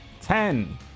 Ten